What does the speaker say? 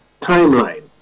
timeline